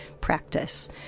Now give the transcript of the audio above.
practice